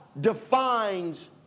defines